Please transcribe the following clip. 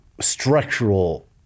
structural